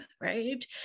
right